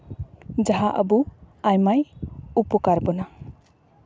ᱡᱟᱦᱟᱸ ᱟᱵᱚ ᱟᱭᱢᱟᱭ ᱩᱯᱚᱠᱟᱨ ᱵᱚᱱᱟ